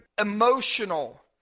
emotional